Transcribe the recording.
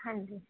ਹਾਂਜੀ